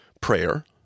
prayer